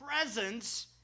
presence